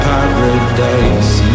paradise